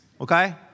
okay